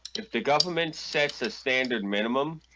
if the government sets a standard minimum